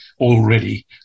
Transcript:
already